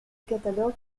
catalogue